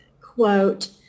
quote